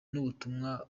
n’ubutumwa